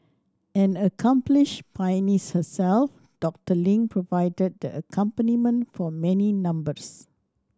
an accomplished pianist herself Doctor Ling provided the accompaniment for many numbers